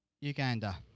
Uganda